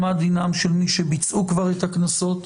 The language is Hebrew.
מה דינם של מי שכבר שילמו את הקנסות.